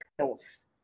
skills